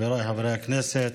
חבריי חברי הכנסת,